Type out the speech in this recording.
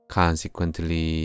consequently